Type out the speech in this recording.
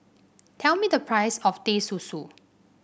tell me the price of Teh Susu